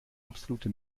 absolute